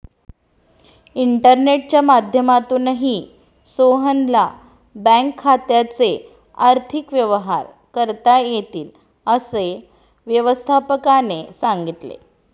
इंटरनेटच्या माध्यमातूनही सोहनला बँक खात्याचे आर्थिक व्यवहार करता येतील, असं व्यवस्थापकाने सांगितले